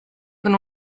con